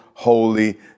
holy